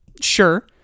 Sure